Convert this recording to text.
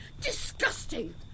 Disgusting